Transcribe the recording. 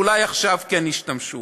אולי עכשיו כן ישתמשו.